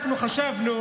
אנחנו חשבנו